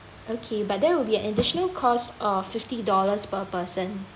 okay but there will be additional cost of fifty dollars per person